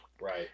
right